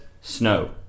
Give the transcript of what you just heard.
snow